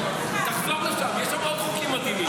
תחזור לשם, יש שם עוד חוקים מדהימים.